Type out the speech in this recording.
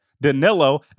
Danilo